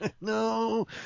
no